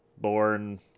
born